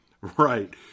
Right